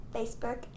Facebook